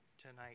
tonight